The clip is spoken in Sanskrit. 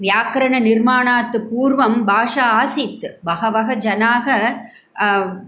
व्याकरणनिर्माणात् पूर्वं भाषा आसीत् बहवः जनाः